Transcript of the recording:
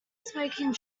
smoking